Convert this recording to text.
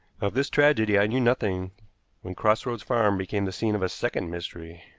of this tragedy i knew nothing when cross roads farm became the scene of a second mystery.